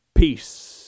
Peace